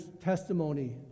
testimony